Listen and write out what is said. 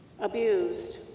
abused